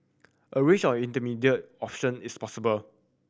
a range of intermediate option is possible